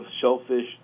shellfish